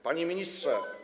Panie Ministrze!